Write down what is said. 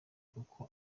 kuko